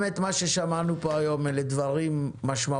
מה ששמענו פה היום אלה דברים משמעותיים,